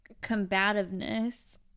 Combativeness